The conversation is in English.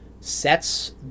sets